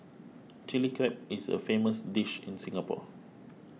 Chilli Crab is a famous dish in Singapore